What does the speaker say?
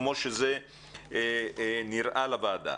כמו שלפחות נראה לוועדה.